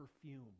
perfume